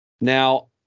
Now